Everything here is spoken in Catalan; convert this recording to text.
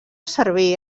servir